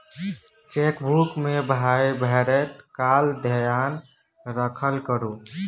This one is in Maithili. चेकबुक मे पाय भरैत काल धेयान राखल करू